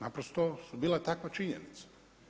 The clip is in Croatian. Naprosto su bila takva činjenica.